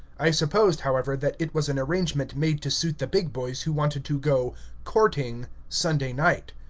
i supposed, however, that it was an arrangement made to suit the big boys who wanted to go courting sunday night.